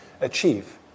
achieve